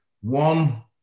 one